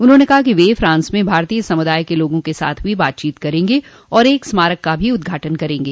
उन्होंने कहा कि वे फ्रांस में भारतीय समुदाय के लोगों के साथ भी बातचीत करेंगे और एक स्मारक का भी उद्घाटन करेंगे